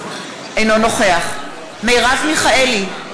אינו נוכח מרב מיכאלי,